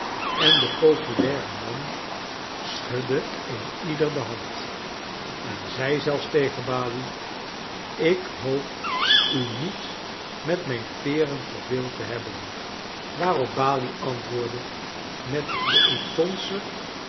en de populaire man schudde een ieder de hand en zei zelfs tegen balie ik hoop u niet met mijn per en verveeld te hebben waarop balie antwoordde met de